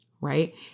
right